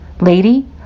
lady